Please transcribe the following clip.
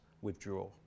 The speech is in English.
withdraw